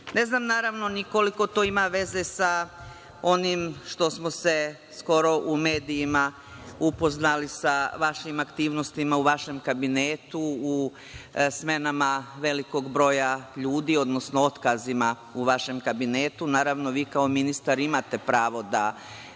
znam naravno ni koliko to ima veze sa onim što smo se skoro u medijima upoznali sa vašim aktivnostima u vašem kabinetu, u smenama velikog broja ljudi, odnosno otkazima u vašem kabinetu. Naravno, vi kao ministar imate pravo da